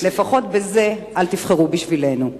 לפחות בזה, אל תבחרו בשבילנו.